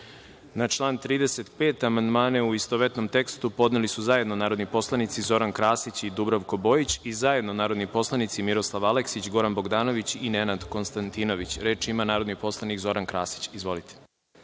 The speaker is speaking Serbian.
član 35. Amandmane u istovetnom tekstu podneli su zajedno narodni poslanici Zoran Krasi i Dubravko Bojić i zajedno narodni poslanici Miroslav Aleksić, Goran Bogdanović i Nenada Konstantinović. Reč ima narodni poslanik Zoran Krasić. Izvolite.